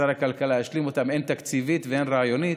שר הכלכלה ישלים אותם הן תקציבית והן רעיונית.